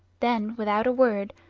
then without a word,